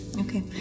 Okay